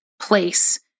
place